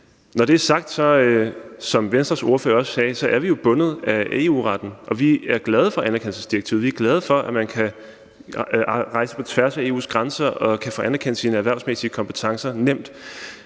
ordfører også sagde, bundet af EU-retten, og vi er glade for anerkendelsesdirektivet. Vi er glade for, at man kan rejse på tværs af EU's grænser og nemt få anerkendt sine erhvervsmæssige kompetencer.